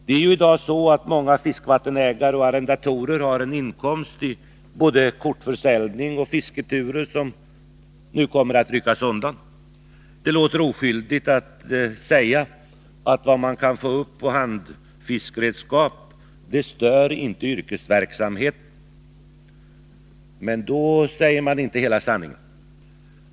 Det är i dag så, att många fiskevattenägare och arrendatorer har en inkomst av både kortförsäljning och fisketurer som nu kommer att ryckas undan. Det låter oskyldigt att säga att vad man kan få upp med handfiskeredskap, det stör inte yrkesverksamheten. Men då säger man inte hela sanningen.